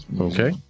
okay